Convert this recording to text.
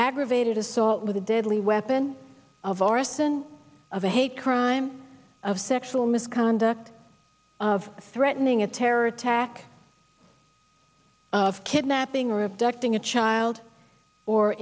aggravated assault with a deadly weapon of our than a hate crime of sexual misconduct of threatening a terror attack of kidnapping or of ducting a child or